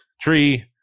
tree